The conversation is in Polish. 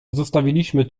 zostawiliśmy